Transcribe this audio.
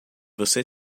você